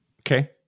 Okay